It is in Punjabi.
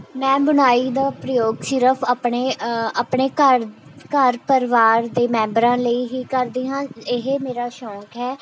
ਮੈਂ ਬੁਣਾਈ ਦਾ ਪ੍ਰਯੋਗ ਸਿਰਫ ਆਪਣੇ ਆਪਣੇ ਘਰ ਘਰ ਪਰਿਵਾਰ ਦੇ ਮੈਂਬਰਾਂ ਲਈ ਹੀ ਕਰਦੀ ਹਾਂ ਇਹ ਮੇਰਾ ਸ਼ੌਂਕ ਹੈ